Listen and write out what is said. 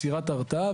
הן של יצירת הרתעה.